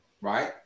right